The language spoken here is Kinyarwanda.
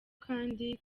kandi